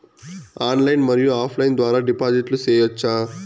Online మరియు offline ద్వారా డిపాజిట్లు సేయొచ్చా?